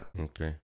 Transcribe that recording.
Okay